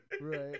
Right